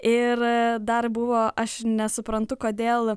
ir dar buvo aš nesuprantu kodėl